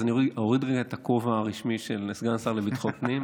אז אני אוריד את הכובע הרשמי של סגן השר לביטחון פנים.